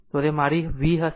આમ તે મારી v હશે